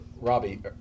Robbie